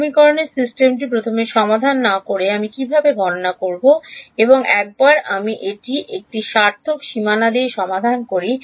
সমীকরণের সিস্টেমটিকে প্রথমে সমাধান না করে আমি কীভাবে গণনা করব এবং একবার আমি এটি একটি সার্থক সীমানা দিয়ে সমাধান করি